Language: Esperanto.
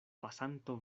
pasanto